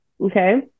Okay